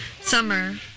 Summer